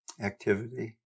activity